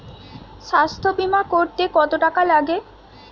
স্বাস্থ্যবীমা করতে কত টাকা লাগে?